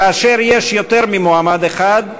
כאשר יש יותר ממועמד אחד,